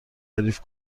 تعریف